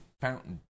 fountain